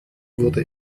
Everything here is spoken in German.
wurde